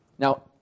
Now